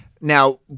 Now